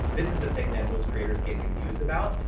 this is the thing that most creators get confused about.